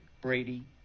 Brady